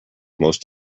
most